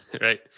right